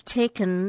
taken